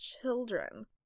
children